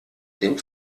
dem